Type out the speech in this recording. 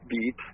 beat